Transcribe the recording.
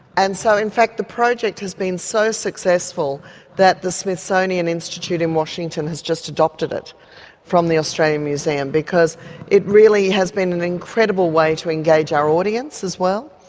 and so in fact the project has been so successful that the smithsonian institute in washington has just adopted it from the australian museum because it really has been an incredible way to engage our audience as well,